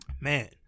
Man